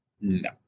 No